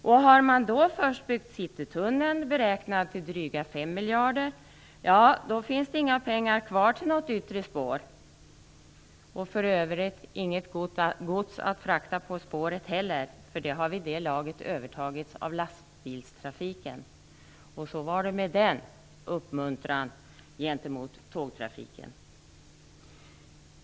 Om man då först har byggt Citytunneln, beräknad till dryga 5 miljarder, ja, då finns det inga pengar kvar till något yttre spår. För övrigt finns det inte heller något gods att frakta på spåret, för det har vid det laget övertagits av lastbilstrafiken. Så var det med den uppmuntran gentemot tågtrafiken!